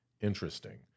interesting